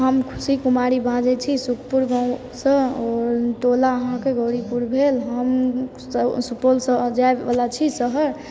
हम खुशी कुमारी बाजय छी सुखपुर गाँवसँ टोला अहाँके गौरीपुर भेल हम सुपौलसँ जाइबला छी शहर